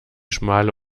schmale